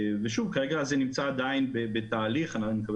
כרגע זה נמצא עדיין בתהליך ואני מקווה